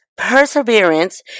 Perseverance